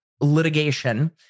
litigation